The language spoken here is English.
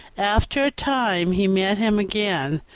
after a time he met him again,